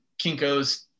Kinko's